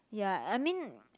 ya I mean